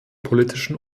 politischen